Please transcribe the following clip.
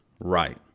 right